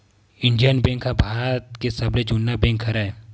Indian bank ह भारत के सबले जुन्ना बेंक हरय